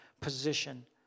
position